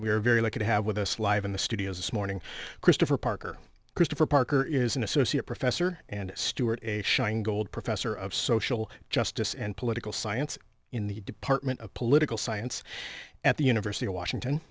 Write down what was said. are very lucky to have with us live in the studio this morning christopher parker christopher parker is an associate professor and stuart a shining gold professor of social justice and political science in the department of political science at the university of washington